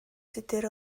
tudur